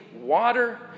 water